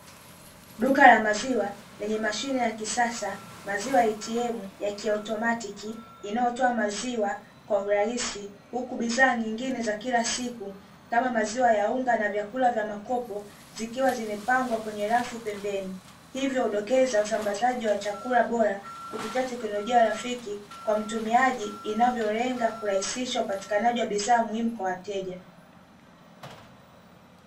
Duka la maziwa lenye mashine ya kisasa "maziwa atm" yakiautomatiki, inayotoa maziwa kwa urahisi huku bidhaa nyingine za kila siku kama maziwa ya unga na vyakula vya makopo zikiwa zimepangwa kwenye rafu pembeni hivyo udokeza usambazaji wa chakula bora kupitia teknolojia ya rafiki kwa mtumiaji inavyolenga kurahisishwa upatikanaji wa bidhaa muhimu kwa wateja.